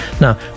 Now